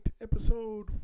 Episode